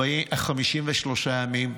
53 ימים,